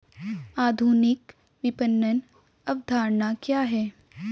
आधुनिक विपणन अवधारणा क्या है?